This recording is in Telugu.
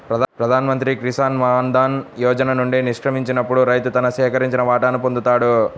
ప్రధాన్ మంత్రి కిసాన్ మాన్ ధన్ యోజన నుండి నిష్క్రమించినప్పుడు రైతు తన సేకరించిన వాటాను పొందుతాడు